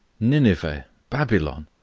nineveh, babylon?